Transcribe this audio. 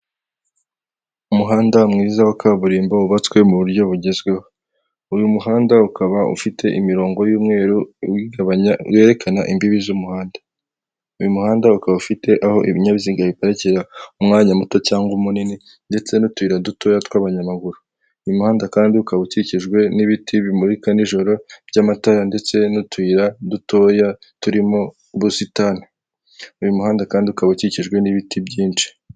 Umuhanda mwiza wa kaburimbo wubatswe mu buryo bugezweho, uyu muhanda ukaba ufite imirongo y'umweru uyigabanya bwerekana imbibi z'umuhanda uyu muhanda ukaba ufite aho ibinyabiziga biparikira umwanya muto cyangwa munini ndetse n'utuntu dutoya, tw'abanyamaguru imihanda kandi ukaba ukikijwe n'ibiti bimurika n'ijoro by'amatara ndetse n'utuyira dutoya turimo ubusitani, uyu muhanda kandi ukaba ukikijwe n'ibiti byinshi.